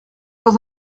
pas